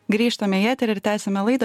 grįžtame į eterį ir tęsiame laidą